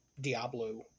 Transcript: diablo